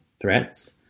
threats